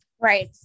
Right